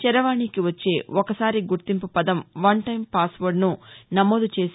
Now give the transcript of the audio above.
చరవాణికి వచ్చే ఒకసారి గుర్తింపు పదం వన్ టైమ్ పాస్వర్డ్ను నమోదు చేసి